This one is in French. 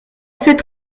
cette